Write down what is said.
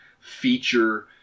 feature